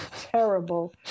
terrible